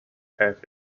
half